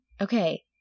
Okay